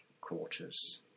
quarters